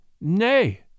Nay